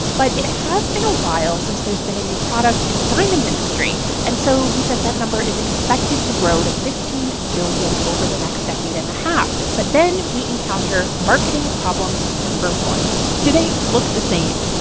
but it has been a while since there's been a new product in the diamond industry, and so he says that number is expected to grow to fifteen billion over the next decade and a half. but then we encounter marketing problem no. one point do they look the same?